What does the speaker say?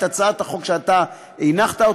בהצעת החוק שאתה הנחת,